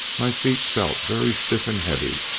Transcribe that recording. my feet felt very stiff and heavy,